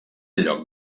lloc